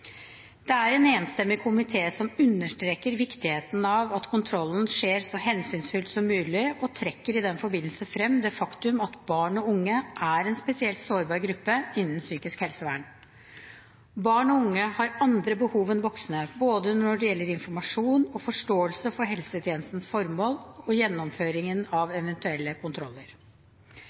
Det er en enstemmig komité som understreker viktigheten av at kontrollen skjer så hensynsfullt som mulig, og trekker i den forbindelse frem det faktum at barn og unge er en spesielt sårbar gruppe innen psykisk helsevern. Barn og unge har andre behov enn voksne både når det gjelder informasjon og forståelse for helsetjenestens formål og gjennomføringen av eventuelle kontroller.